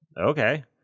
Okay